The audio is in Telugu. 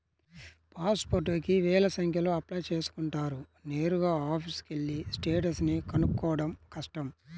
పాస్ పోర్టుకి వేల సంఖ్యలో అప్లై చేసుకుంటారు నేరుగా ఆఫీసుకెళ్ళి స్టేటస్ ని కనుక్కోడం కష్టం